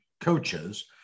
coaches